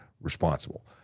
responsible